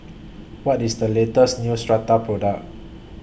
What IS The latest Neostrata Product